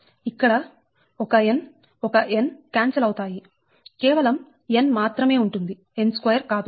ఇక్కడ ఒక n ఒక n క్యాన్సల్ అవుతాయి కేవలం n మాత్రమే ఉంటుంది n2 కాదు